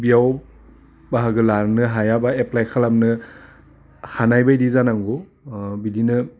बियाव बाहागो लानो हाया बा एप्लाइ खालामनो हानायबायदि जानांगौ बिदिनो